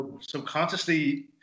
subconsciously